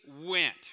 went